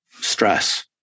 stress